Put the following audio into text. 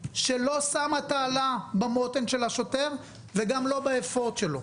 שלא שמה את האלה במותן של השוטר וגם לא באפוד שלו,